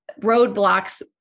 roadblocks